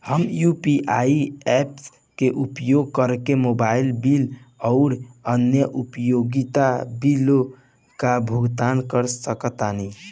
हम UPI apps के उपयोग करके मोबाइल बिल आउर अन्य उपयोगिता बिलों का भुगतान कर सकतानी